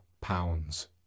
pounds